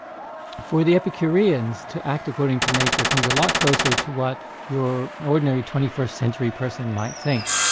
for the epicureans to act according to nature comes a lot closer to what your and ordinary twenty first century person might think.